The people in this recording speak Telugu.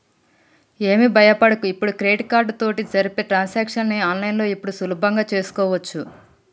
ఏమి భయపడకు ఇప్పుడు క్రెడిట్ కార్డు తోటి జరిపే ట్రాన్సాక్షన్స్ ని ఆన్లైన్లో ఇప్పుడు సులభంగా చేసుకోవచ్చు